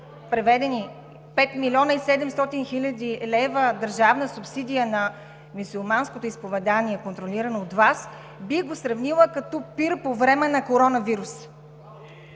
преведени 5 млн. 700 хил. лв. държавна субсидия на мюсюлманското изповедание, контролирано от Вас, бих го сравнила като пир по време на коронавирус.